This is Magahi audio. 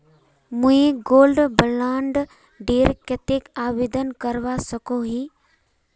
मुई गोल्ड बॉन्ड डेर केते आवेदन करवा सकोहो ही?